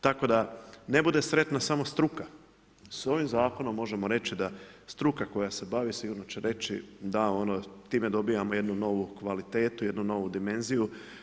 Tako da ne bude sretna samo struka, s ovim zakonom možemo reći da struka koja se bavi, sigurno će reći da ono time dobivamo jednu novu kvalitetu, jednu novu dimenziju.